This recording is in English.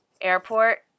airport